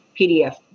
PDF